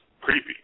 creepy